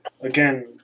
again